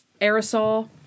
aerosol